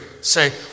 say